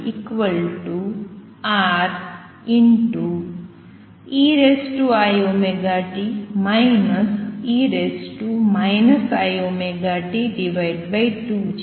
y છે